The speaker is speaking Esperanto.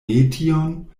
metion